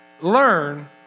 learn